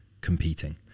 competing